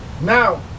now